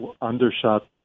undershot